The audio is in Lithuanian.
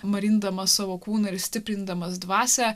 marindamas savo kūną ir stiprindamas dvasią